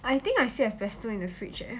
I think I still have pesto in the fridge leh